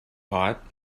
pot